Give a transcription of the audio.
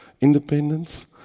independence